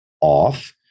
off